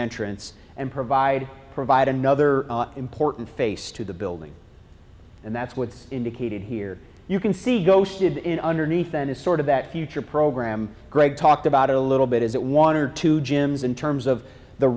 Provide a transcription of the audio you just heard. entrance and provide provide another important face to the building and that's what's indicated here you can see ghosted in underneath that is sort of that future program greg talked about a little bit is that one or two gyms in terms of the